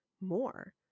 more